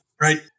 right